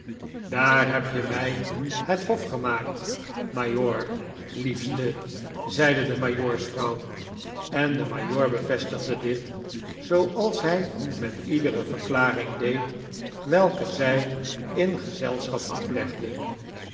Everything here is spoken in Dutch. daar heb je mij het hof gemaakt majoor liefste zeide de majoorsvrouw en de majoor bevestigde dit zooals hij met iedere verklaring deed welke zij in gezelschap aflegde